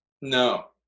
No